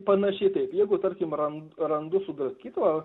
panašiai taip jeigu tarkim ran randu sudraskytą